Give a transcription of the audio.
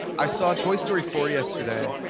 i saw toy story four yesterday,